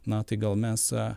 na tai gal mes